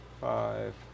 five